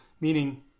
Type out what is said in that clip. meaning